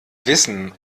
wissen